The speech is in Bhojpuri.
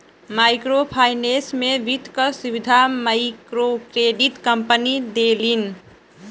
माइक्रो फाइनेंस में वित्त क सुविधा मइक्रोक्रेडिट कम्पनी देलिन